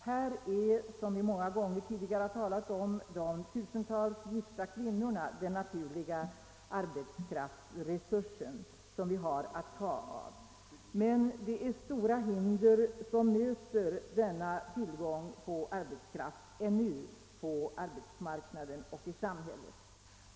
Här är — vi har många gånger tidigare talat om det — de tusentals gifta kvinnorna den naturliga arbetskraftsresursen som vi har att ta av. Men stora hinder möter ännu på arbetsmarknaden och i samhället denna tillgång på arbetskraft.